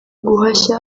guhashya